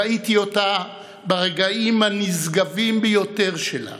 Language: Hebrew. ראיתי אותה ברגעים הנשגבים ביותר שלה